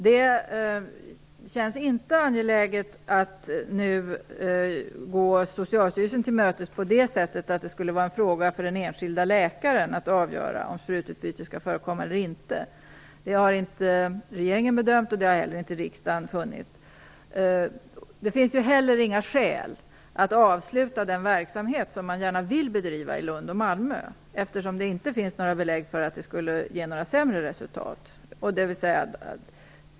Det känns inte angeläget att nu gå Socialstyrelsen till mötes på det sättet att det skulle vara en fråga för den enskilde läkaren att avgöra om sprututbyte skall förekomma eller inte. Så har inte regeringen bedömt, och det har inte heller riksdagen funnit. Det finns inte heller några skäl att avbryta den verksamhet som man gärna vill bedriva i Lund och Malmö, eftersom det inte finns några belägg för att resultaten skulle vara sämre.